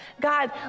God